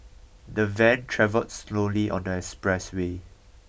the van travelled slowly on the expressway